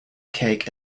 cake